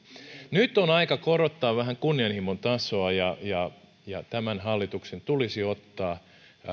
nyt on aika korottaa vähän kunnianhimon tasoa ja ja tämän hallituksen tulisi ottaa